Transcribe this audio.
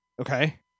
okay